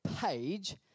page